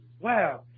wow